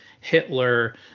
Hitler